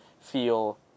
feel